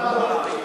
אתה נפלת על הראש?